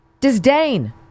Disdain